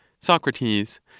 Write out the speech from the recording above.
Socrates